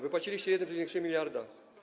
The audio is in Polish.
Wypłaciliście 1,3 mld.